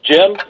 Jim